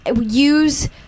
use